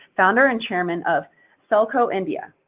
founder and chairman of selco india,